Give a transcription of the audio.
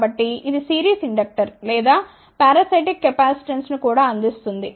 కాబట్టి ఇది series inductor లేదా పారాసైటిక్ కెపాసిటెన్స్ను కూడా అందిస్తుంది